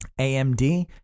AMD